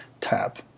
tab